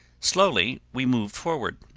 slowly we moved forward,